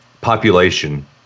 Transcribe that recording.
population